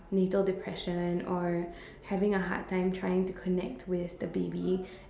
natal depression or having a hard time trying to connect with the baby